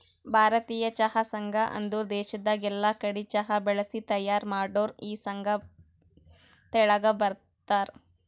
ಭಾರತೀಯ ಚಹಾ ಸಂಘ ಅಂದುರ್ ದೇಶದಾಗ್ ಎಲ್ಲಾ ಕಡಿ ಚಹಾ ಬೆಳಿಸಿ ತೈಯಾರ್ ಮಾಡೋರ್ ಈ ಸಂಘ ತೆಳಗ ಬರ್ತಾರ್